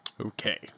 Okay